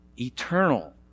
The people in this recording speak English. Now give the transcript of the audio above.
eternal